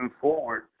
forward